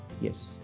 Yes